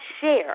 share